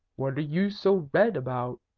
what are you so red about?